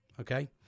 okay